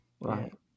Right